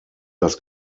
das